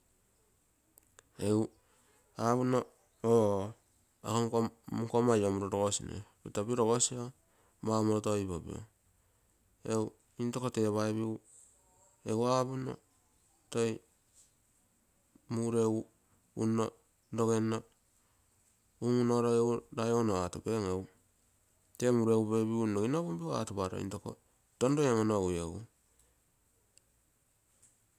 Egu apunno oo ako nkomma iomuro rogosine, petopio rogosio, maumoro toipopio. Egu intoko tepaigu egu apunno toi muregu unno ologoigu, roggenno rai ogo nno atopen oo egu te muregu upeigu noge nno oponpigu atoparo, intoko ton tole on, onogui.